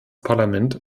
parlament